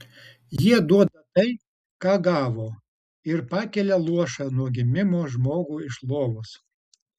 jie duoda tai ką gavo ir pakelia luošą nuo gimimo žmogų iš lovos